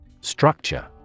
Structure